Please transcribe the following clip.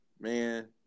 Man